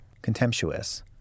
contemptuous